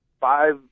five